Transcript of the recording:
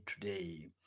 today